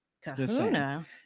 Kahuna